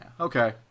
Okay